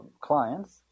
clients